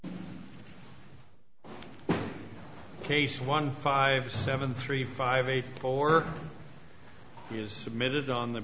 of case one five seven three five eight four years submitted on the